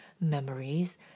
memories